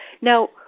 Now